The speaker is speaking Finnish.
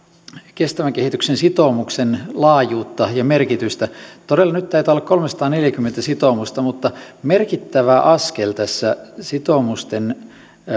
kestävän kehityksen sitoumuksen laajuutta ja merkitystä todella nyt taitaa olla kolmesataaneljäkymmentä sitoumusta mutta merkittävä askel tässä sitoumusten